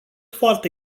foarte